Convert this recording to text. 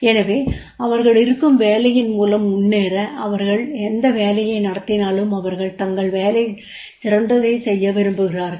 எனவே அவர்கள் இருக்கும் வேலையின் மூலம் முன்னேற அவர்கள் எந்த வேலையை நடத்தினாலும் அவர்கள் தங்கள் வேலைகளில் சிறந்ததைச் செய்ய விரும்புகிறார்கள்